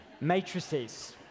matrices